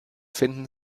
finden